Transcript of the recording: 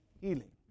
healing